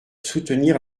soutenir